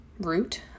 root